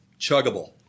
chuggable